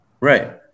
Right